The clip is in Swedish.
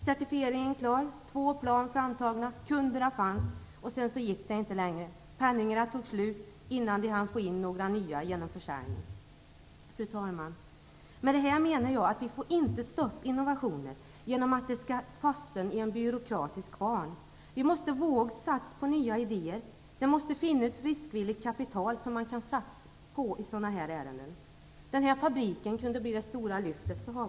Certifieringen var klar, två plan var framtagna, kunderna fanns och sedan gick det inte längre. Pengarna tog slut innan man hann få in några genom försäljningen. Fru talman! Med detta menar jag att vi inte får stoppa innovationer genom att de skall fastna i en byråkratisk kvarn. Vi måste våga satsa på nya idéer. Det måste finnas riskvilligt kapital som kan satsas i sådana här fall. Den här fabriken hade kunnat bli det stora lyftet för Hagfors.